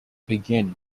begin